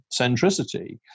centricity